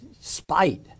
spite